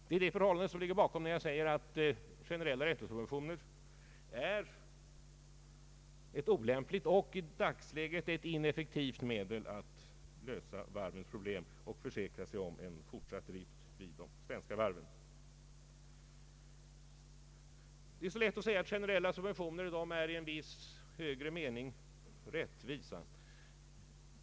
Det är detta förhållande som ligger bakom när jag säger att generella räntesubventioner är ett olämpligt och i dagsläget ineffektivt medel att lösa varvsproblemen och försäkra sig om en forisatt drift vid de svenska varven. Det är så lätt att säga att generella subventioner i en viss högre mening är rättvisa.